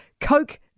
Coke